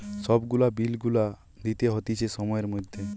সব গুলা বিল গুলা দিতে হতিছে সময়ের মধ্যে